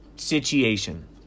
Situation